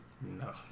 No